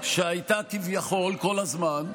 קראתי אותך לסדר פעם